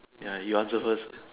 ya you answer first